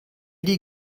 die